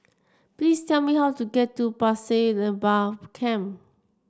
please tell me how to get to Pasir Laba Camp